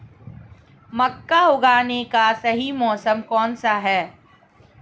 मक्का उगाने का सही मौसम कौनसा है?